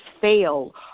fail